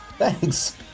Thanks